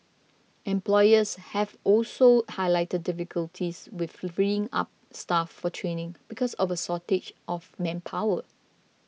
employers have also highlighted difficulties with freeing up staff for training because of a shortage of manpower